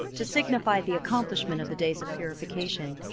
to signify the accomplishment of the days of purification,